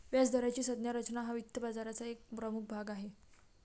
व्याजदराची संज्ञा रचना हा वित्त बाजाराचा एक प्रमुख भाग आहे